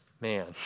man